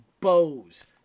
Bose